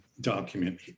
document